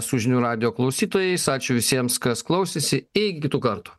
su žinių radijo klausytojais ačiū visiems kas klausėsi iki kitų kartų